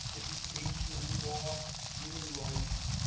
education law, human rights,